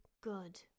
good